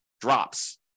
drops